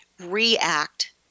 react